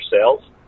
sales